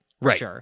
Right